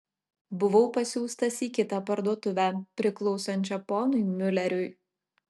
buvau pasiųstas į kitą parduotuvę priklausančią ponui miuleriui